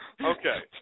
Okay